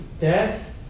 death